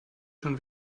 schon